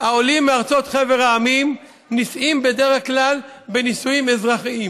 העולים מארצות חבר העמים נישאים בדרך כלל בנישואים אזרחיים.